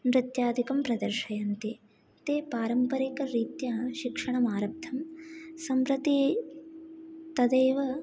नृत्यादिकं प्रदर्शयन्ति ते पारम्परिकरीत्या शिक्षणम् आरब्धं सम्प्रति तदेव